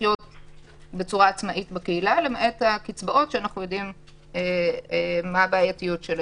לחיות בצורה עצמאית בקהילה למעט הקצבאות שאנו יודעים מה הבעייתיות שלהן.